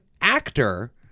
actor